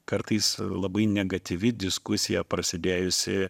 kartais labai negatyvi diskusija prasidėjusi